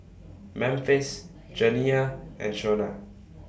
Memphis Janiah and Shona